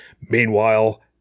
meanwhile